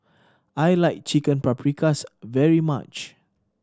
I like Chicken Paprikas very much